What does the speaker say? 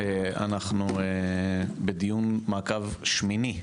אנחנו בדיון מעקב תשיעי,